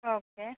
okay